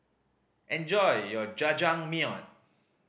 enjoy your Jajangmyeon